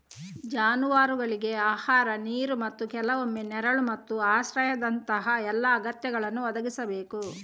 ಜಾನುವಾರುಗಳಿಗೆ ಆಹಾರ, ನೀರು ಮತ್ತು ಕೆಲವೊಮ್ಮೆ ನೆರಳು ಮತ್ತು ಆಶ್ರಯದಂತಹ ಎಲ್ಲಾ ಅಗತ್ಯಗಳನ್ನು ಒದಗಿಸಬೇಕು